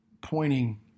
pointing